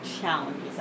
challenges